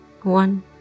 one